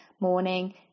morning